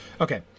Okay